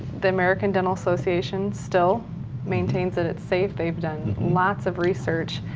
the american dental association still maintains that it's safe. they've done lots of research.